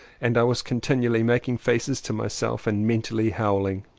and i was continually making faces to myself and mentally howling.